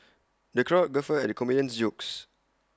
the crowd guffawed at the comedian's jokes